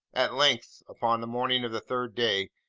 at length, upon the morning of the third day,